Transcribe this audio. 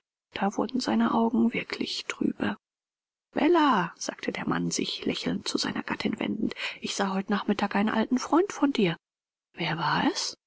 da wurden seine augen wirklich trübe bella sagte der mann sich lächelnd zu seiner gattin wendend ich sah heut nachmittag einen alten freund von dir wer war es